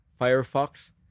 Firefox